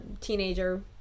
teenager